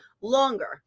longer